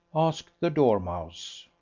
asked the dormouse.